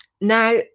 now